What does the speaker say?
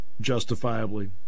justifiably